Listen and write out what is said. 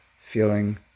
feeling